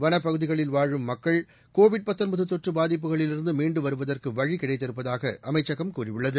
வள பகுதிகளில் வாழும் மக்கள் கோவிட் தொற்றுப் பாதிப்புகளிலிருந்து மீண்டு வருவதற்கு வழி கிடைத்திருப்பதாக அமைச்சகம் கூறியுள்ளது